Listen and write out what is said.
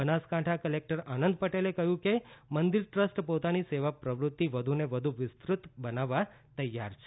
Banaskantha collector Anand પટેલે કહ્યું છે કે મંદિર ટ્રસ્ટ પોતાની સેવાપ્રવૃત્તિ વધુને વધુ વિસ્તૃત બનાવવા તૈયાર છે